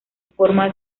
forma